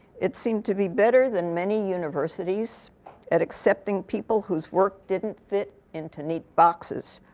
it seemed to be better than many universities at accepting people whose work didn't fit into neat boxes.